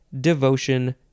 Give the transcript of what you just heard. devotion